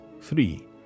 Three